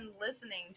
listening